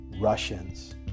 Russians